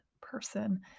person